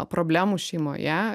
problemų šeimoje